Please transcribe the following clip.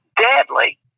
deadly